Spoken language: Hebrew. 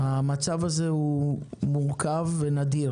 המצב הזה הוא מורכב ונדיר